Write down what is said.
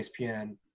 ESPN